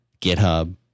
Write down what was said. GitHub